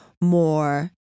more